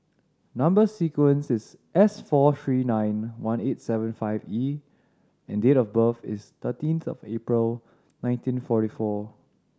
number sequence is S four three nine one eight seven five E and date of birth is thirteen April nineteen forty four